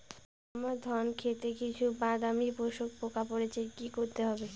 আমার ধন খেতে কিছু বাদামী শোষক পোকা পড়েছে কি করতে হবে?